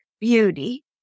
beauty